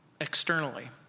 externally